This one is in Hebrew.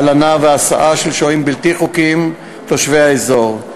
הלנה והסעה של שוהים בלתי חוקיים תושבי האזור.